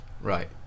Right